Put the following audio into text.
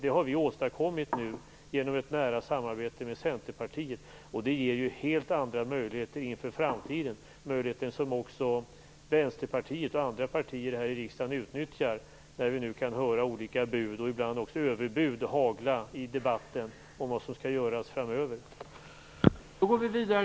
Det har vi nu åstadkommit genom ett nära samarbete med Centerpartiet, och det ger helt andra möjligheter inför framtiden - möjligheter som vi också kan se att Vänsterpartiet och andra partier här i riksdagen utnyttjar när olika bud, och ibland också överbud, haglar i debatten om vad som skall göras framöver.